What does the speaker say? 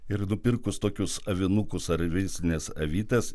ir nupirkus tokius avinukus ar veisles avytes